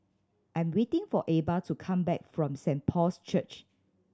I'm waiting for Ebba to come back from Saint Paul's Church